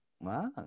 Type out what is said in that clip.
Wow